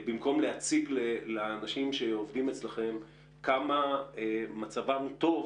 במקום להציג לאנשים שעובדים אצלכם כמה מצבם הוא טוב,